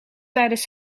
tijdens